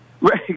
Right